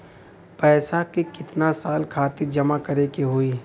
पैसा के कितना साल खातिर जमा करे के होइ?